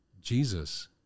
Jesus